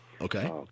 Okay